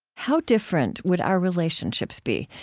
how different would our relationships be,